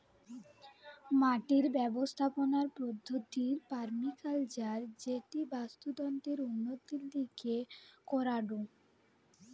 মাটির ব্যবস্থাপনার পদ্ধতির পার্মাকালচার যেটি বাস্তুতন্ত্রের উন্নতির লিগে করাঢু